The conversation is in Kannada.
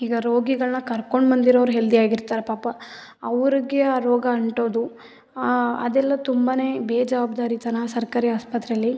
ಈಗ ರೋಗಿಗಳನ್ನ ಕರ್ಕೊಂಡು ಬಂದಿರೋರು ಹೆಲ್ದಿಯಾಗಿರ್ತಾರೆ ಪಾಪ ಅವ್ರಿಗೆ ಆ ರೋಗ ಅಂಟೋದು ಅದೆಲ್ಲ ತುಂಬಾ ಬೇಜವಾಬ್ದಾರಿತನ ಸರ್ಕಾರಿ ಆಸ್ಪತ್ರೆಯಲ್ಲಿ